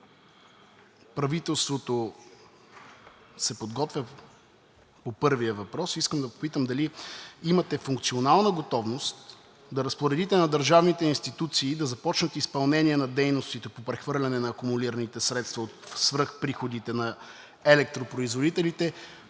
И ако правителството се подготвя по първия въпрос, искам да попитам дали имате функционална готовност да разпоредите на държавните институции да започнат изпълнение на дейностите по прехвърляне на акумулираните средства от свръхприходите на електропроизводителите